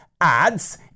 ads